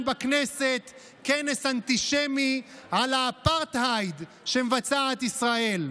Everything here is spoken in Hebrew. בכנסת בכנס אנטישמי על האפרטהייד שמבצעת ישראל,